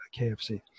KFC